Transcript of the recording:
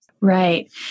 Right